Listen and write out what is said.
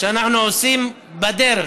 שאנחנו עושים בדרך,